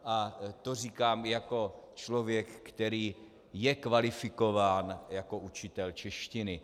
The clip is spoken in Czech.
A to říkám jako člověk, který je kvalifikován jako učitel češtiny.